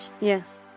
Yes